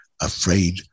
afraid